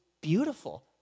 beautiful